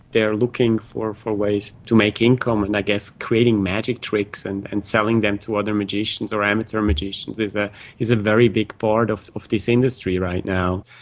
they are looking for for ways to make income, and i guess creating magic tricks and and selling them to other magicians or amateur magicians is ah is a very big part of of this industry right now.